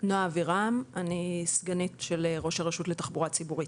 אני סגנית של ראש הרשות לתחבורה ציבורית.